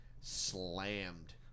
slammed